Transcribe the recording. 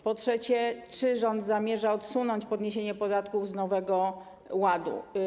Po trzecie, czy rząd zamierza odsunąć podniesienie podatku z Nowego Ładu?